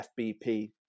FBP